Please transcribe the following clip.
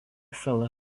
sala